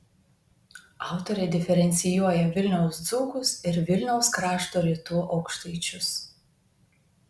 autorė diferencijuoja vilniaus dzūkus ir vilniaus krašto rytų aukštaičius